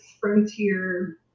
frontier